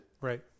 Right